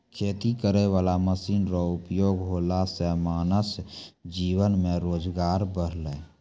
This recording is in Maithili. खेती करै वाला मशीन रो उपयोग होला से मानब जीवन मे रोजगार बड़लै